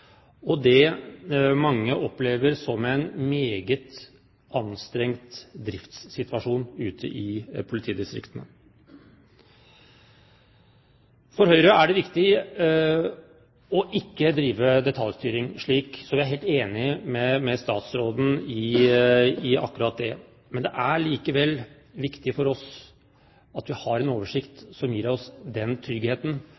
og det mange opplever som en meget anstrengt driftssituasjon ute i politidistriktene. For Høyre er det viktig ikke å drive detaljstyring, så vi er helt enige med statsråden i akkurat det. Men det er likevel viktig for oss at vi har en